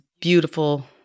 beautiful